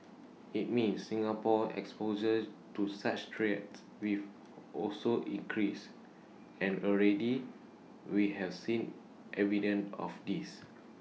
IT means Singapore's exposure to such threats wave also increase and already we have seen evidence of this